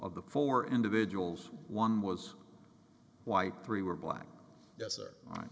of the four individuals one was white three were black yes or i